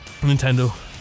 Nintendo